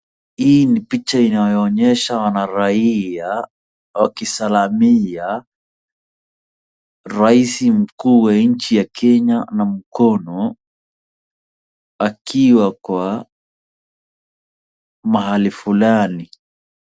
Hii ni picha inayoonyesha wanaraia wakisalimia rais mkuu wa nchi ya Kenya na mkono akiwa kwa mahali fulani.